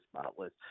spotless